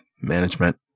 management